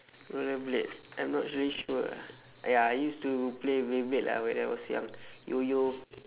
roller blade I'm not really sure ah ya I used to play beyblades ah when I was young yo-yo